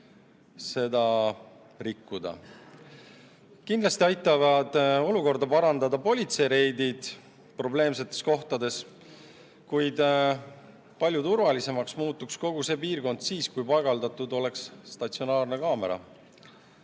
seda rikkuda. Kindlasti aitavad olukorda parandada politseireidid probleemsetes kohtades, kuid palju turvalisemaks muutuks kogu see piirkond siis, kui paigaldatud oleks statsionaarne kaamera.